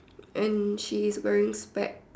and she is wearing specs